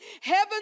Heaven